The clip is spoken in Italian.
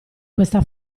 questa